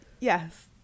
Yes